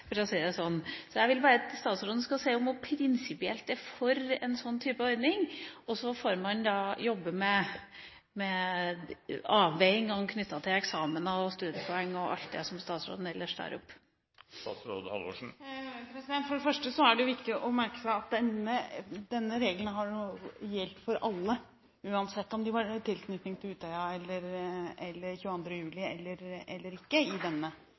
si det sånn. Jeg vil bare at statsråden skal si om hun prinsipielt er for en sånn type ordning, og så får man da jobbe med avveiningene knyttet til eksamener, studiepoeng og alt det som statsråden ellers tar opp. For det første er det viktig å merke seg at denne regelen har gjeldt for alle, uansett om de hadde tilknytning til Utøya 22. juli eller ikke i denne